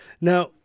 now